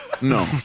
No